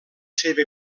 seva